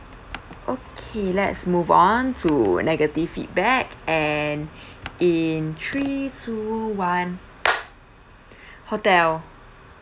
okay let's move on to negative feedback and in three two one hotel